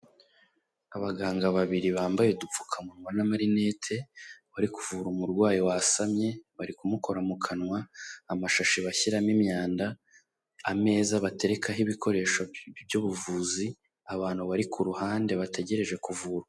Abaganga babiri bambaye udupfukamunwa n'amalinete bari kuvura umurwayi wasamye bari kumukora mu kanwa, amashashi bashyiramo imyanda, ameza baterekaho ibikoresho by'ubuvuzi, abantu bari ku ruhande bategereje kuvurwa.